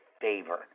favor